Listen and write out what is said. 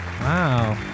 Wow